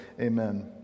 amen